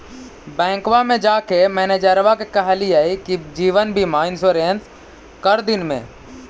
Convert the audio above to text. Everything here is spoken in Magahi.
बैंकवा मे जाके मैनेजरवा के कहलिऐ कि जिवनबिमा इंश्योरेंस कर दिन ने?